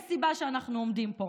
יש סיבה שאנחנו עומדים פה,